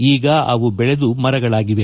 ಈಗ ಅವು ಬೆಳೆದು ಮರಗಳಾಗಿವೆ